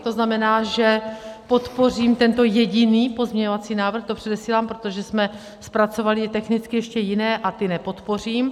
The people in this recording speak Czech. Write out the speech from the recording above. To znamená, že podpořím tento jediný pozměňovací návrh to předesílám, protože jsme zpracovali i technicky ještě jiné a ty nepodpořím.